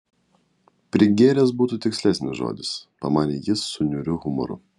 prigėręs būtų tikslesnis žodis pamanė jis su niūriu humoru